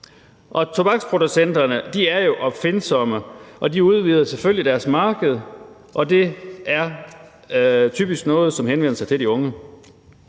Tobaksproducenterne er jo opfindsomme, og de udvider selvfølgelig deres marked, og det er typisk med noget, som henvender sig til de unge.